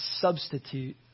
substitute